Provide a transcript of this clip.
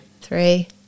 Three